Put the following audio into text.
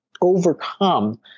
overcome